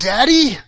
Daddy